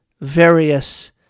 various